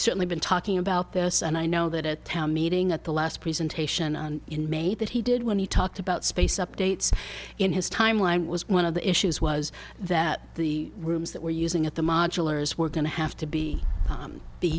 certainly been talking about this and i know that a town meeting at the last presentation and in may that he did when he talked about space updates in his timeline was one of the issues was that the rooms that were using at the modulars were going to have to be